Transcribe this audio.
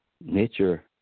nature